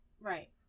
Right